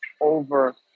over